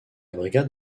brigade